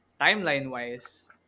timeline-wise